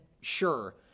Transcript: sure